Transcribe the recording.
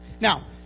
Now